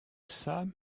sam